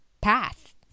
path